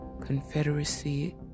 confederacy